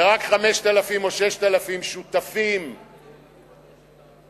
ורק 5,000 או 6,000 שותפים לדעה